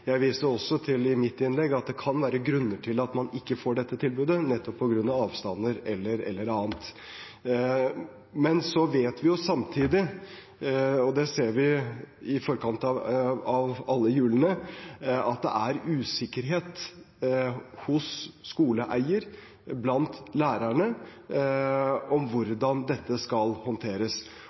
Jeg viste også til i mitt innlegg at det kan være grunner til at man ikke får dette tilbudet, nettopp på grunn av avstander eller annet. Men så vet vi jo samtidig, og det ser vi i forkant av hver jul, at det er usikkerhet hos skoleeierne og blant lærerne om hvordan dette skal håndteres.